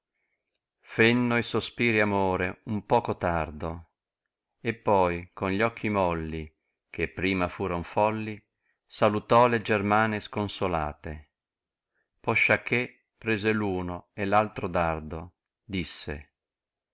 fenno i sospiri amore un poco tardo e pm con gli occhi molli che prima fnron folli salato le germane sconsolate pofciachè prete p nno e p altro dardo disse